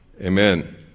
Amen